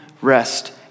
rest